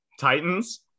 Titans